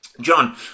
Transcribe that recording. John